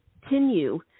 continue